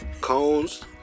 cones